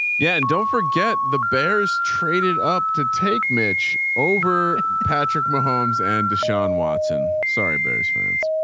yeah. and don't forget the bears traded up to take mitch over patrick mahoney and deshaun watson, sorry, bears fans.